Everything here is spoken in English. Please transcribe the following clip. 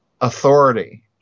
authority